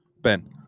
ben